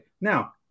now